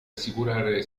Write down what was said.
assicurare